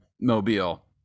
mobile